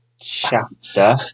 chapter